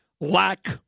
lack